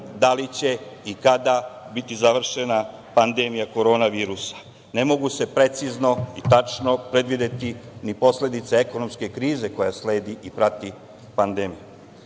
da li će i kada biti završena pandemija Korona virusa. Ne mogu se precizno i tačno predvideti ni posledice ekonomske krize koja sledi i prati pandemiju.